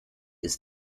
ist